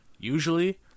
Usually